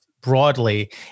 broadly